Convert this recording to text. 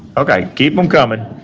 okay. keep them coming.